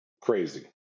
crazy